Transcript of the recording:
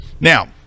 now